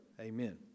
Amen